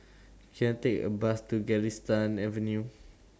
Can I Take A Bus to Galistan Avenue